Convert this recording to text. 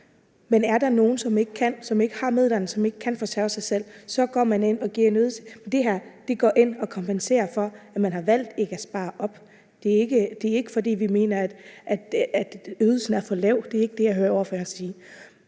som ikke kan, som ikke har midlerne og ikke kan forsørge sig selv, så går man ind og giver en ydelse. Med det her går man ind og kompenserer for, at man har valgt ikke at spare op. Det er ikke, fordi vi mener, at ydelsen er for lav; det er ikke det, jeg hører ordføreren sige.